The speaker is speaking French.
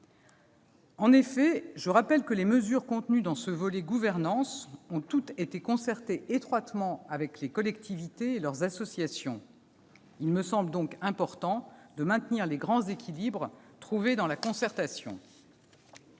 En effet, je rappelle que les mesures contenues dans le volet « gouvernance » ont toutes été prises en étroite concertation avec les collectivités et leurs associations. Il me semble donc important de maintenir les grands équilibres trouvés dans la concertation.